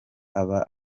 aba